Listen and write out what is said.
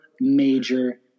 major